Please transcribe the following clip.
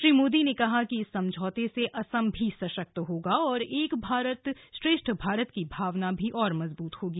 श्री मोदी ने कहा कि इस समझौते से असम भी सशक्त होगा और एक भारत श्रेष्ठ भारत की भावना भी और मजबूत होगी